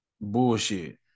bullshit